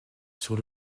sur